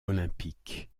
olympique